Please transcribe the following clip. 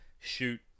shoot